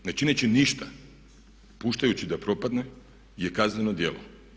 Ne čineći ništa, puštajući da propadne je kazneno djelo.